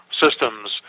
systems